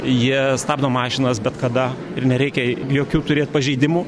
jie stabdo mašinas bet kada ir nereikia jokių turėt pažeidimų